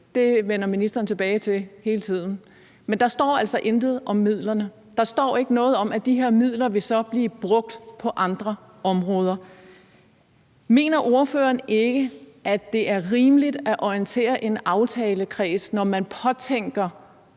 Det vender ministeren tilbage til hele tiden. Men der står altså intet om midlerne. Der står ikke noget om, at de her midler så vil blive brugt på andre områder. Mener ordføreren ikke, at det er rimeligt at orientere en aftalekreds, når man påtænker